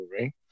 Right